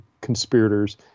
conspirators